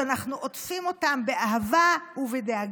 שאנחנו עוטפים אותם באהבה ובדאגה,